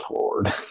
Lord